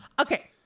Okay